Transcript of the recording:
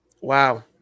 Wow